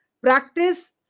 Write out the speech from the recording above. practice